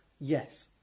Yes